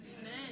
Amen